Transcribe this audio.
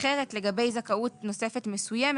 אחרת לגבי זכאות נוספת מסוימת.